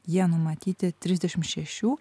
jie numatyti trisdešim šešių